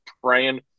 praying